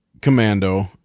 Commando